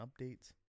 updates